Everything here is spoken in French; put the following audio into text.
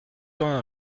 tend